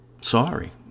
Sorry